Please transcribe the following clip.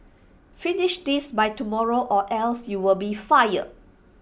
finish this by tomorrow or else you'll be fired